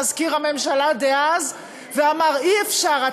מזכיר הממשלה דאז ואמר: אי-אפשר.